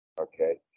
Okay